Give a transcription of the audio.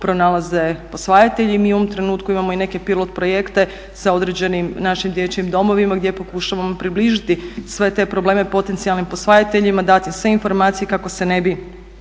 pronalaze posvajatelji. I mi u ovom trenutku imamo i neke pilot projekte sa određenim našim dječjim domovima gdje pokušavamo približiti sve te probleme potencijalnim posvajateljima, dati im sve informacije kako se ne bi